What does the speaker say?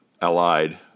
allied